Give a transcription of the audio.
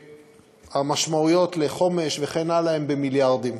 המשמעויות לחומש וכן הלאה הן במיליארדים.